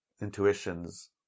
intuitions